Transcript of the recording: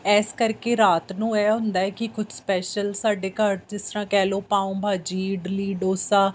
ਇਸ ਕਰਕੇ ਰਾਤ ਨੂੰ ਇਹ ਹੁੰਦਾ ਕਿ ਕੁਛ ਸਪੈਸ਼ਲ ਸਾਡੇ ਘਰ ਜਿਸ ਤਰ੍ਹਾਂ ਕਹਿ ਲਓ ਪਾਓ ਭਾਜੀ ਇਡਲੀ ਡੋਸਾ